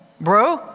bro